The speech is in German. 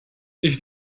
ich